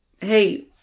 Hey